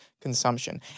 consumption